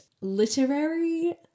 literary